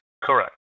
Correct